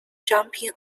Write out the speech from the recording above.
jumping